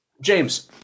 James